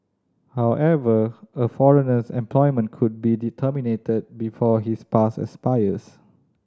however a foreigner's employment could be before his pass expires